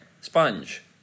sponge